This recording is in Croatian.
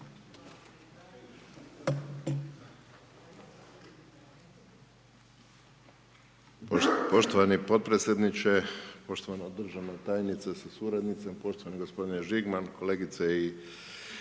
Poštovani potpredsjedniče, poštovana državna tajnice sa suradnicom, poštovana g. Žigman, kolegice i